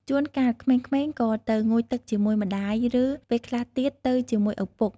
ជួនកាល ក្មេងៗក៏ទៅងូតទឹកជាមួយម្ដាយ ឬ ពេលខ្លះទៀតទៅជាមួយឪពុក។